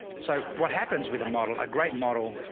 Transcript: so what happens with a model, a great model,